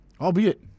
albeit